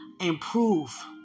Improve